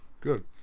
good